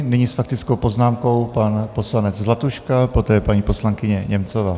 Nyní s faktickou poznámkou pan poslanec Zlatuška, poté paní poslankyně Němcová.